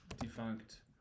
defunct